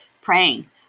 praying